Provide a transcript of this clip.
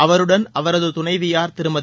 அவருடன் அவரது துணைவியார் திருமதி